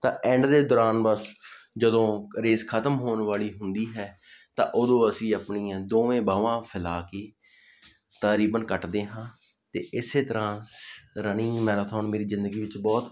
ਤਾਂ ਐਂਡ ਦੇ ਦੌਰਾਨ ਬਸ ਜਦੋਂ ਰੇਸ ਖਤਮ ਹੋਣ ਵਾਲੀ ਹੁੰਦੀ ਹੈ ਤਾਂ ਉਦੋਂ ਅਸੀਂ ਆਪਣੀਆਂ ਦੋਵੇਂ ਬਾਹਾਂ ਫੈਲਾ ਕੇ ਤਾਂ ਰੀਬਨ ਕੱਟਦੇ ਹਾਂ ਅਤੇ ਇਸ ਤਰ੍ਹਾਂ ਰਨਿੰਗ ਮੈਰਾਥੋਨ ਮੇਰੀ ਜ਼ਿੰਦਗੀ ਵਿੱਚ ਬਹੁਤ